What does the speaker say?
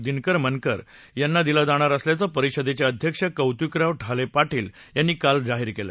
दिनकर मनवर यांना दिला जाणार असल्याचं परिषदेचे अध्यक्ष कौतिकराव ठाले पाटील यांनी काल जाहीर केलं